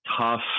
tough